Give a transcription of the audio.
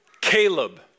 Caleb